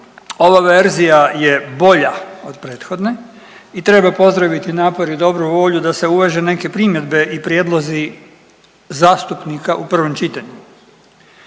ova verzija je bolja od prethodne i treba pozdraviti napor i dobru volju da se uvaže neke primjedbe i prijedlozi zastupnika u prvom čitanju.